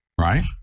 right